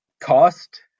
cost